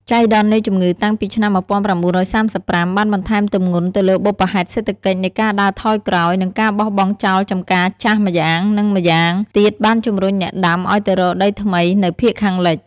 ចៃដន្យនៃជំងឺតាំងពីឆ្នាំ ១៩៣៥ បានបន្ថែមទម្ងន់ទៅលើបុព្វ ហេតុសេដ្ឋកិច្ចនៃការដើរថយក្រោយ និងការបោះបង់ចោលចម្ការចាស់ម្យ៉ាង និងម្យ៉ាង ទៀតបានជំរុញអ្នកដាំ ឱ្យទៅរកដីថ្មីនៅភាគខាងលិច។